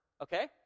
okay